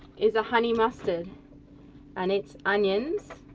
is a honey mustard and it's onions,